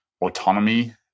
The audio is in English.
autonomy